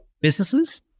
businesses